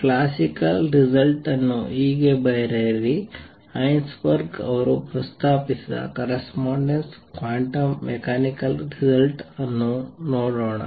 classical result ಅನ್ನು ಹೀಗೆ ಬರೆಯಿರಿ ಹೈಸನ್ಬರ್ಗ್ ಅವರು ಪ್ರಸ್ತಾಪಿಸಿದ ಕರಸ್ಪಾಂಡಿಂಗ್ ಕ್ವಾಂಟಮ್ ಮೆಕ್ಯಾನಿಕಲ್ ರಿಸಲ್ಟ್ ಅನ್ನು ನೋಡೋಣ